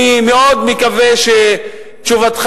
אני מאוד מקווה שתשובתך,